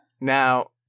Now